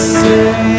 say